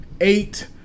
Eight